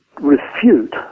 refute